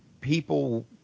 people